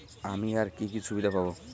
আমি আর কি কি সুবিধা পাব?